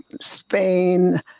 Spain